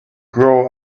grow